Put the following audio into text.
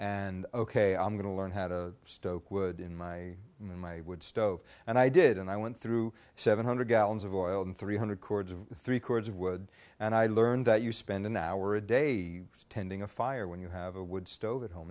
and ok i'm going to learn how to stoke wood in my in my wood stove and i did and i went through seven hundred gallons of oil and three hundred cords of three cords of wood and i learned that you spend an hour a day tending a fire when you have a wood stove at home